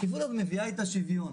השקיפות הזו מביאה איתה שוויון.